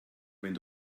wenn